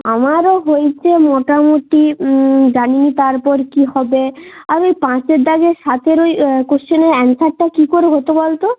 আমারও হয়েছে মোটামুটি জানি না তারপর কী হবে আর ওই পাঁচের দাগের সাতের ওই কোশ্চেনের অ্যান্সারটা কী করে হতো বলতো